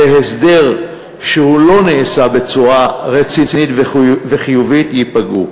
בהסדר שלא נעשה בצורה רצינית וחיובית, ייפגעו.